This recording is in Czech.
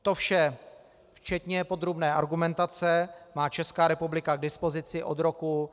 To vše včetně podrobné argumentace má Česká republika k dispozici od roku 2011.